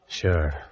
Sure